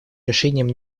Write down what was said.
решением